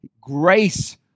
Grace